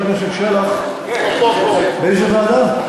לאיזו ועדה?